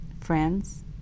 friends